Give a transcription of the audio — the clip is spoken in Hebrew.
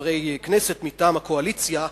חברי כנסת מטעם הקואליציה,